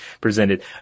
presented